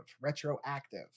retroactive